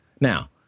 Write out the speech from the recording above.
Now